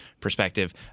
perspective